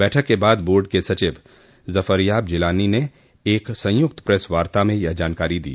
बैठक के बाद बोर्ड के सचिव जफरयाब जिलानी ने एक संयुक्त पस वार्ता में यह जानकारी दी